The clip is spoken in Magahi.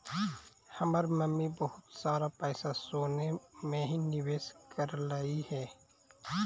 हमर मम्मी बहुत सारा पैसा सोने में ही निवेश करलई हे